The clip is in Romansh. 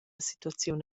situaziun